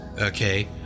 okay